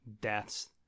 deaths